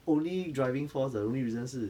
only driving force the only reason 是